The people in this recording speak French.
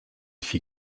fit